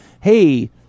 hey